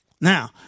Now